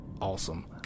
awesome